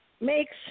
makes